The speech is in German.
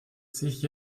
sich